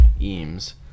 Eames